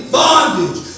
bondage